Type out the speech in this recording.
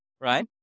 right